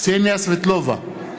קסניה סבטלובה,